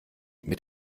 mit